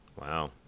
Wow